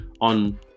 on